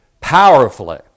powerfully